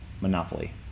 Monopoly